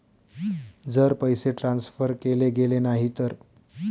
जर पैसे ट्रान्सफर केले गेले नाही तर?